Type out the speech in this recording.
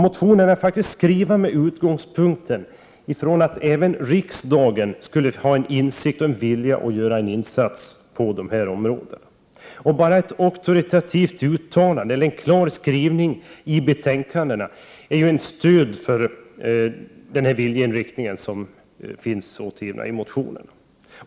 Motionerna är faktiskt skrivna med utgångspunkten att även riksdagen har en vilja att göra en insats på dessa områden. Bara ett auktoritativt uttalande eller en klar skrivning i betänkandena är ju ett stöd för vad som står i motionerna.